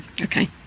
okay